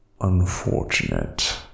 unfortunate